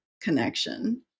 connection